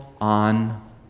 on